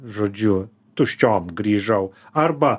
žodžiu tuščiom grįžau arba